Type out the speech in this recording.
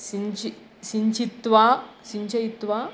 सिञ्चि सिञ्चित्वा सिञ्चित्वा